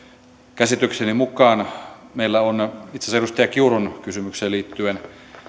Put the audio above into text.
käsitykseni mukaan itse asiassa edustaja kiurun kysymykseen liittyen